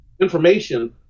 information